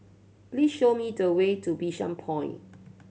please show me the way to Bishan Point